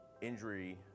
injury